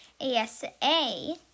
ASA